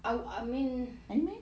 um um I mean